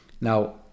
now